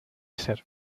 ser